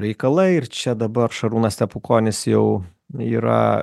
reikalai ir čia dabar šarūnas stepukonis jau yra